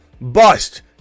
bust